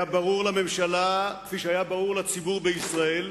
היה ברור לממשלה, כפי שהיה ברור לציבור בישראל,